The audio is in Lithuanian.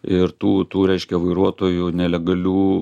ir tų tų reiškia vairuotojų nelegalių